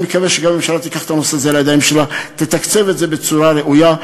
אני מקווה שהממשלה תיקח את הנושא הזה לידיים ותתקצב את זה בצורה ראויה.